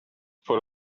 put